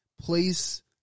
place